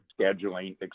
scheduling